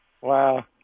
Wow